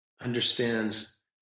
understands